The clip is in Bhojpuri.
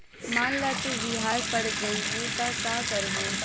मान ल तू बिहार पड़ जइबू त का करबू